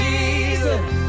Jesus